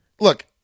Look